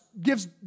gives